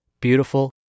beautiful